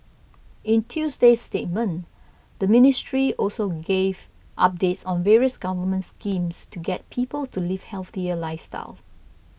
in Tuesday's statement the ministry also gave updates on various government schemes to get people to live healthier lifestyles